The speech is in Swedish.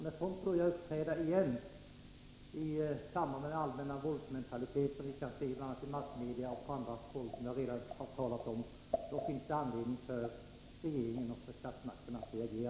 När de åter uppträder i samband med den allmänna våldsmentalitet som vi kan se i massmedia och på andra håll, som jag redan talat om, finns det anledning för regeringen och statsmakterna att reagera.